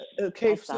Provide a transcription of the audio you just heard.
Okay